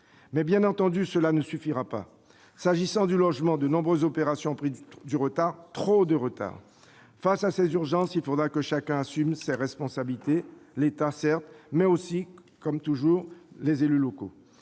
Bien entendu, cela ne suffira pas. En matière de logement, de nombreuses opérations ont pris du retard, trop de retard. Face à ces urgences, il faudra que chacun assume ses responsabilités. Cela concerne, certes, l'État, mais aussi, comme toujours, les élus locaux.